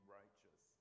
righteous